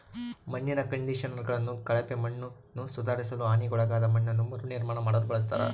ಮಣ್ಣಿನ ಕಂಡಿಷನರ್ಗಳನ್ನು ಕಳಪೆ ಮಣ್ಣನ್ನುಸುಧಾರಿಸಲು ಹಾನಿಗೊಳಗಾದ ಮಣ್ಣನ್ನು ಮರುನಿರ್ಮಾಣ ಮಾಡಲು ಬಳಸ್ತರ